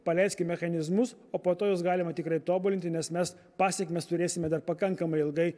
paleiskim mechanizmus o po to juos galima tikrai tobulinti nes mes pasekmes turėsime dar pakankamai ilgai